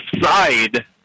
side